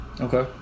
Okay